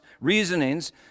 Reasonings